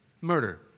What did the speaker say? Murder